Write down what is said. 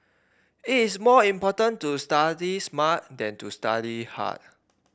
it is more important to study smart than to study hard